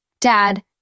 dad